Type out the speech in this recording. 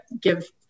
give